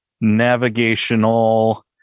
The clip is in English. navigational